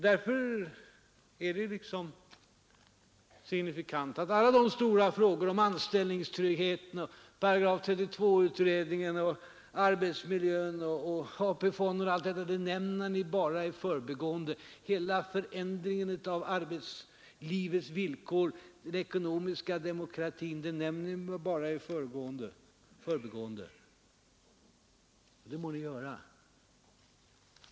Därför är det signifikant att alla de stora frågorna om anställningstryggheten, § 32 utredningen, arbetsmiljön, AP-fonden, hela förändringen av arbetslivets villkor, den ekonomiska demokratin, nämner ni bara i förbigående. Det må ni göra.